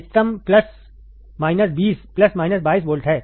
अधिकतम plus minus 20 plus minus 22 volt है